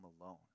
alone